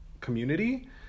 community